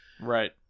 right